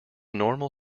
normal